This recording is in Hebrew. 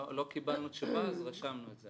לא קיבלנו תשובה, אז רשמנו את זה.